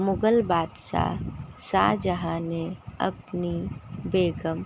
मुग़ल बादशाह शाहजहाँ ने अपनी बेगम